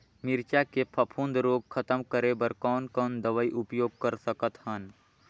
मिरचा के फफूंद रोग खतम करे बर कौन कौन दवई उपयोग कर सकत हन?